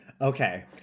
Okay